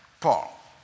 Paul